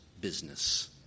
business